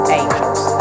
angels